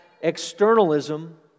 externalism